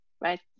right